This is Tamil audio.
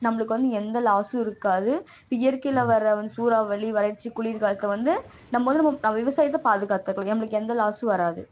நம்மளுக்கு வந்து எந்த லாஸும் இருக்காது இயற்கையில் வர சூறாவளி வறட்சி குளிர் காலத்தை வந்து நம்ம வந்து நம்ம விவசாயத்தை பாதுகாத்துக்கலாம் நம்மளுக்கு எந்த லாஸும் வராது